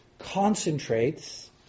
concentrates